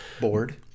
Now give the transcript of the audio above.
Bored